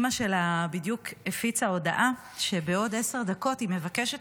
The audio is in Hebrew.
אימא שלה בדיוק הפיצה הודעה שבעוד עשר דקות היא מבקשת